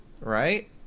Right